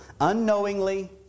unknowingly